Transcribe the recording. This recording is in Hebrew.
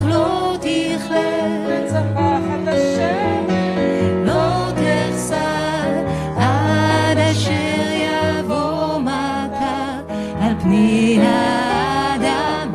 לא תכלה, וצפחת השמן, לא תחסר, עד אשר יבוא מטר על פני האדמה.